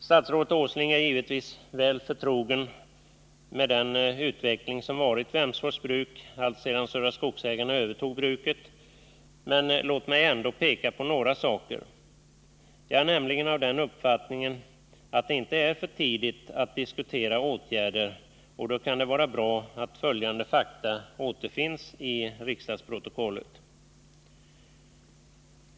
Statsrådet Åsling är givetvis väl förtrogen med den utveckling som varit vid Emsfors bruk alltsedan Södra Skogsägarna övertog bruket, men låt mig peka på några saker. Jag är nämligen av den uppfattningen att det inte är för tidigt att diskutera åtgärder, och då kan det vara bra att följande fakta återfinns i riksdagsprotokollet.